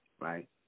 right